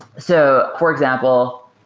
so for example,